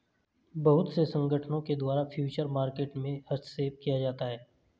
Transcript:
बहुत से संगठनों के द्वारा फ्यूचर मार्केट में हस्तक्षेप किया जाता है